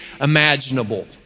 imaginable